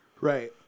Right